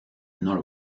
nor